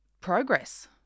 progress